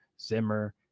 Zimmer